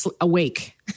awake